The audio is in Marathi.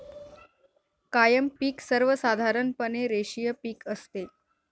कायम पिक सर्वसाधारणपणे रेषीय पिक असते